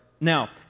Now